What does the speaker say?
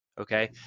okay